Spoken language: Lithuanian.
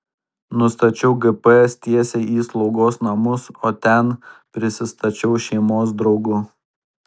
nustačiau gps tiesiai į slaugos namus o ten prisistačiau šeimos draugu